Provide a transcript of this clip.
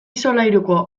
solairuko